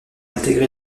intégré